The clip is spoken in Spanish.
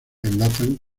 enlazan